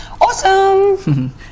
Awesome